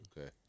Okay